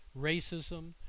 racism